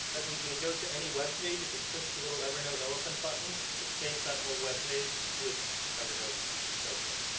that means when we goes to any web page if he clicks the little evernote elephant button it saves that whole web page to his evernote notebook.